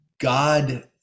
God